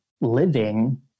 living